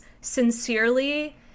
sincerely